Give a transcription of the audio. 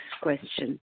question